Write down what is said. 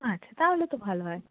আচ্ছা তাহলে তো ভালো হয়